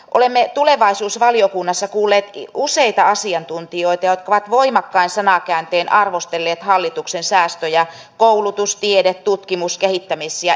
olemme tulevaisuusvaliokunnassa kuulleet useita asiantuntijoita jotka ovat voimakkain sanakääntein arvostelleet hallituksen säästöjä koulutus tiede tutkimus kehittämis ja innovaatiosektoreille